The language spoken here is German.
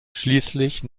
schließlich